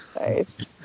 nice